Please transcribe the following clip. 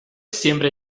siempre